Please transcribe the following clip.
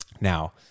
Now